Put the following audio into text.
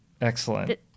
Excellent